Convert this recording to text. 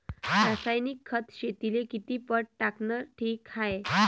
रासायनिक खत शेतीले किती पट टाकनं ठीक हाये?